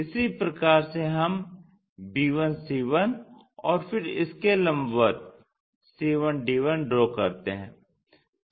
इसी प्रकार से हम b1c1 और फिर इसके लम्बवत c1d1 ड्रा करते हैं